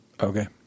Okay